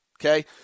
Okay